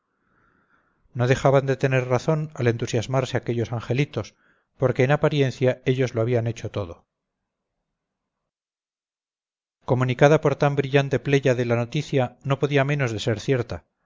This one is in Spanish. no dejaban de tener razón al entusiasmarse aquellos angelitos porque en apariencia ellos lo habían hecho todo comunicada por tan brillante pléyade la noticia no podía menos de ser cierta